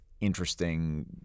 interesting